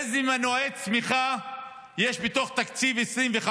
איזה מנועי צמיחה יש בתוך תקציב 2025,